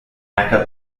mecca